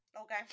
Okay